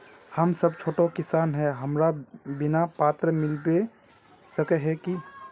हम सब छोटो किसान है हमरा बिमा पात्र मिलबे सके है की?